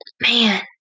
Man